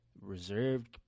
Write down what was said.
reserved